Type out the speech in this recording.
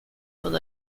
with